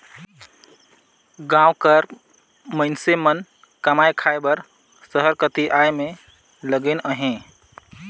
गाँव कर मइनसे मन कमाए खाए बर सहर कती आए में लगिन अहें